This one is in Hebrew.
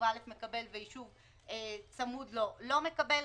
הצעת חוק לתיקון פקודת מס הכנסה (הטבות מס ליישובים),